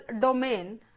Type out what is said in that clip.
domain